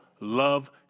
Love